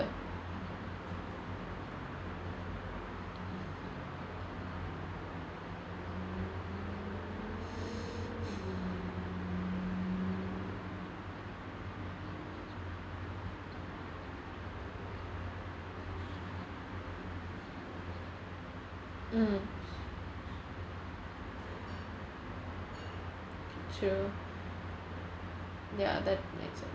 mm true ya that make sense